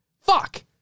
Fuck